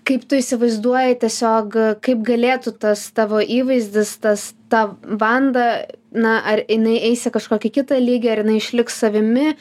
kaip tu įsivaizduoji tiesiog kaip galėtų tas tavo įvaizdis tas ta vanda na ar jinai eis į kažkokį kitą lygį ar jinai išliks savimi